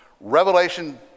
Revelation